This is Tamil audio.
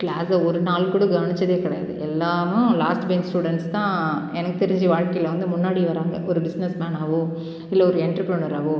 கிளாஸை ஒரு நாள் கூட கவனித்ததே கிடையாது எல்லாமும் லாஸ்ட் பெஞ்ச் ஸ்டூடண்ஸ் தான் எனக்கு தெரிஞ்சு வாழ்க்கையில் வந்து முன்னாடி வராங்க ஒரு பிஸ்னஸ் மேனாகவோ இல்லை ஒரு என்டர்ப்ரொனராகவோ